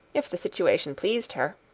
if the situation pleased her.